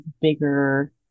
bigger